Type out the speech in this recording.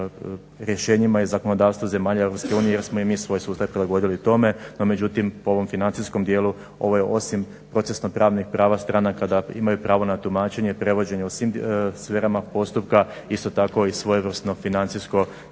rješenjima iz zakonodavstva zemalja EU jer smo i mi svoj sustav provodili tome. No međutim po ovom financijskom djelu ovo je osim procesno pravnih prava stranaka da imaju pravo na tumačenje, prevođenje u svim sferama postupka. Isto tako i svojevrsno financijsko